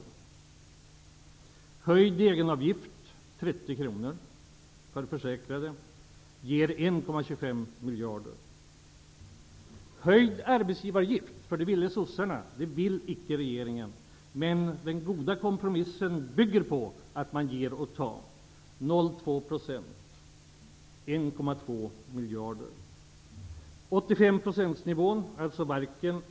Med höjd egenavgift, 30 Det ville icke regeringen. Men den goda kompromissen bygger på att man ger och tar. Höjd arbetsgivaravgift med 0,2 % ger 1,2 miljarder.